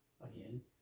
again